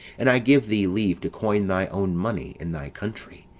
and i give thee leave to coin thy own money in thy country